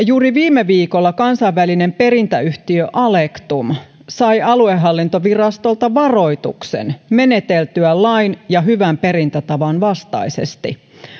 juuri viime viikolla kansainvälinen perintäyhtiö alektum sai aluehallintovirastolta varoituksen meneteltyään lain ja hyvän perintätavan vastaisesti